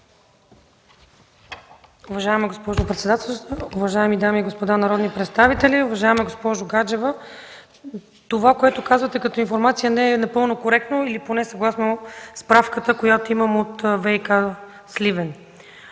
Уважаема госпожо председател, уважаеми дами и господа народни представители! Уважаема госпожо Гаджева, това което казвате като информация не е напълно коректно или поне не е съгласно справката, която имам от ВиК – Сливен.